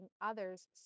others